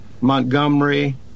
Montgomery